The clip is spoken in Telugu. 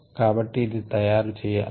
కాబట్టి ఇది తయారు చెయ్యాలి